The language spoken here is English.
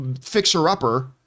fixer-upper